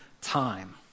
time